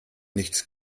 nichts